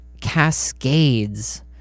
cascades